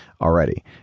already